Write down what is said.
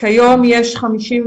כיום יש 58